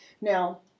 Now